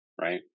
right